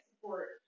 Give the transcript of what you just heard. support